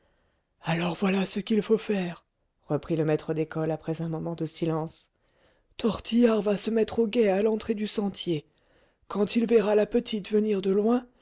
alors voilà ce qu'il faut faire reprit le maître d'école après un moment de silence tortillard va se mettre au guet à l'entrée du sentier quand il verra la petite venir de loin